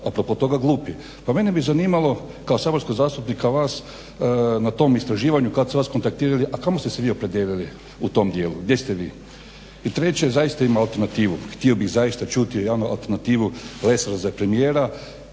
a propos toga glupi. Pa mene bi zanimalo kao saborskog zastupnika vas na tom istraživanju kad su vas kontaktirali, a kamo ste se vi opredijelili u tom dijelu? Gdje ste vi? I treće, zaista ima alternative, htio bih zaista čuti jednu alternativu Lesara za premijera,